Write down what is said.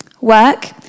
Work